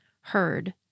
heard